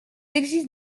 existe